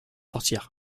sortir